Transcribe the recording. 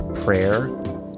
prayer